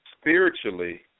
spiritually